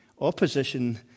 opposition